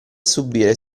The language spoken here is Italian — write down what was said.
subire